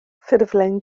ffurflen